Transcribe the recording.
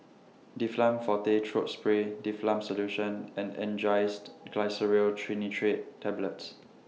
Difflam Forte Throat Spray Difflam Solution and Angised Glyceryl Trinitrate Tablets